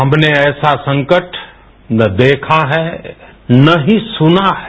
हमने ऐसा संकट ना देखा है ना ही सुना है